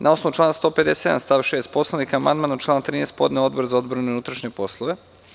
Na osnovu člana 157. stav 6. Poslovnika amandman na član 13. podneo je Odbor za odbranu i unutrašnje poslove.